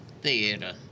theater